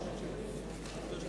אני